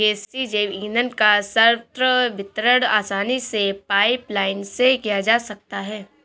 गैसीय जैव ईंधन का सर्वत्र वितरण आसानी से पाइपलाईन से किया जा सकता है